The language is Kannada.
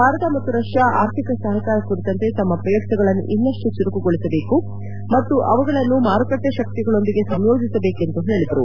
ಭಾರತ ಮತ್ತು ರಷ್ಯಾ ಆರ್ಥಿಕ ಸಹಕಾರ ಕುರಿತಂತೆ ತಮ್ಮ ಪ್ರಯತ್ತಗಳನ್ನು ಇನ್ನಷ್ಟು ಚುರುಕುಗೊಳಿಸಬೇಕು ಮತ್ತು ಅವುಗಳನ್ನು ಮಾರುಕಟ್ನೆ ಶಕ್ತಿಗಳೊಂದಿಗೆ ಸಂಯೋಜಿಸಬೇಕು ಎಂದು ಹೇಳಿದರು